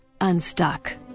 unstuck